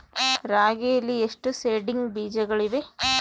ರಾಗಿಯಲ್ಲಿ ಎಷ್ಟು ಸೇಡಿಂಗ್ ಬೇಜಗಳಿವೆ?